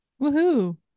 Woohoo